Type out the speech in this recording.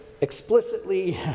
explicitly